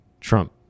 trump